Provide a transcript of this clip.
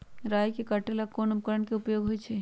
राई के काटे ला कोंन उपकरण के उपयोग होइ छई?